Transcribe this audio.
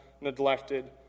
neglected